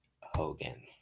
Hogan